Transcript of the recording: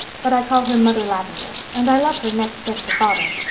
but i call her mother lavendar and i love her next best to father.